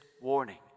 warning